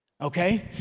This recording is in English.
Okay